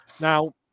now